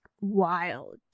wild